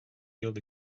field